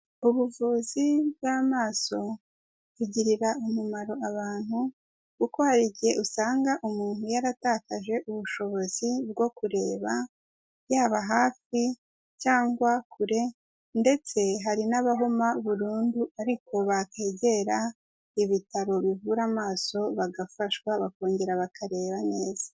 Ubuvuzi bw'amaso bugirira umumaro abantu kuko hari igihe usanga umuntu yaratakaje ubushobozi bwo kureba, yaba hafi cyangwa kure ndetse hari n'abahuma burundu ariko bakegera ibitaro bivura amaso, bagafashwa bakongera bakareba neza.